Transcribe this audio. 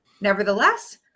Nevertheless